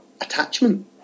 attachment